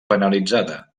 penalitzada